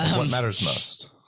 what matters most?